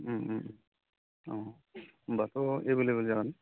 अ होनबाथ' एभैलेबोल जागोन